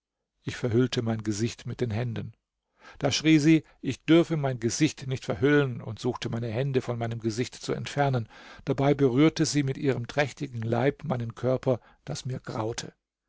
ich verhüllte mein gesicht mit den händen da schrie sie ich dürfe mein gesicht nicht verhüllen und suchte meine hände von meinem gesicht zu entfernen dabei berührte sie mit ihrem trächtigen leib meinen körper daß mir graute